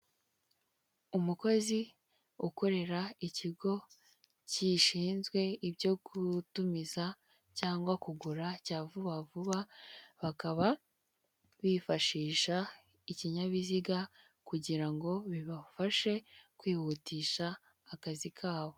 Umukozi ukorera ikigo gishinzwe ibyo gutumiza cyangwa kugura cya vuba vuba, bakaba bifashisha ikinyabiziga kugira ngo bibafashe kwihutisha akazi kabo.